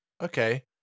Okay